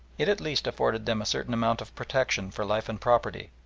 it at least afforded them a certain amount of protection for life and property,